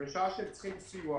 ובשעה שהם צריכים סיוע,